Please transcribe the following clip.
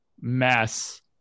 mess